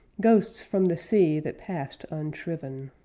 ghosts from the sea that passed unshriven.